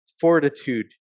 fortitude